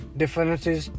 differences